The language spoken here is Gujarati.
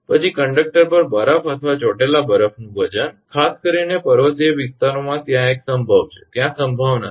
પછી કંડક્ટર પર બરફ અથવા ચોટેંલા બરફનું વજન ખાસ કરીને પર્વતીય વિસ્તારોમાં ત્યાં એક સંભવ છે ત્યાં સંભાવના છે